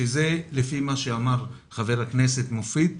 שכפי שאמרת חבר הכנסת מופיד מרעי,